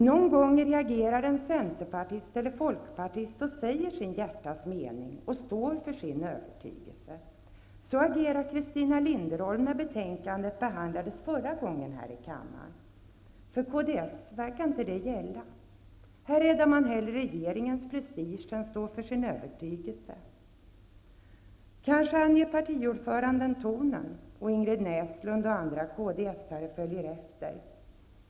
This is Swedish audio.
Någon gång reagerar en centerpartist eller folkpartist och säger sitt hjärtas mening eller står för sin övertygelse. Så agerade Christina Linderholm när betänkandet behandlades förra gången här i kammaren. För kds verkar det inte gälla. Här räddar man hellre regeringens prestige än står för sin övertygelse. Kanske anger partiordföranden tonen, och Ingrid Näslund och andra kds:are följer efter.